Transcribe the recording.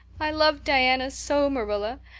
i love diana so, marilla.